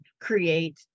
create